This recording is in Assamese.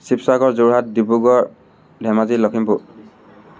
শিৱসাগৰ যোৰহাট ডিব্ৰুগড় ধেমাজি লখিমপুৰ